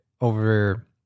over